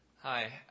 Hi